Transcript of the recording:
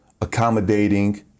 accommodating